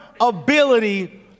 ability